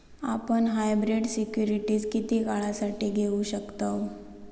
आपण hybrid securities किती काळासाठी घेऊ शकतव